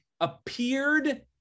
appeared